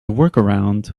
workaround